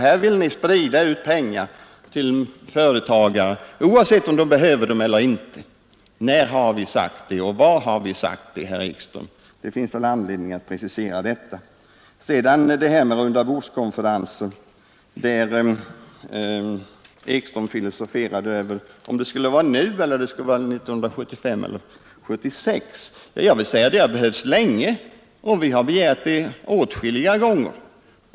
”Här vill ni sprida ut pengar till företagare oavsett om de behöver dem eller inte.” När har vi sagt det, och var har vi sagt det, herr Ekström? Det finns nog anledning att precisera detta. När det gällde rundabordskonferenser filosoferade herr Ekström över om det skulle vara nu eller 1975 eller 1976. Jag vill säga att det har behövts länge. Vi har begärt det åtskilliga gånger.